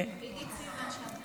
עידית סילמן שם.